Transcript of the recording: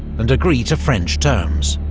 and agree to french terms.